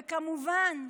וכמובן,